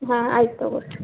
ಹಾಂ ಆಯ್ತು ತಗೊಳಿ